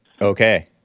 Okay